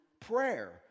prayer